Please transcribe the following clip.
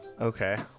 Okay